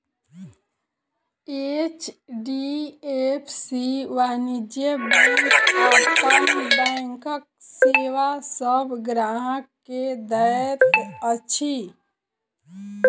HDFC वाणिज्य bank अपन बैंकक सेवा सभ ग्राहक के दैत अछि